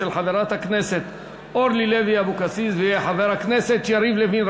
של חברת הכנסת אורלי לוי אבקסיס וחבר הכנסת יריב לוין.